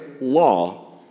law